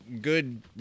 good